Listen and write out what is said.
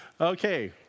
Okay